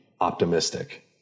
optimistic